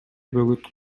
бөгөт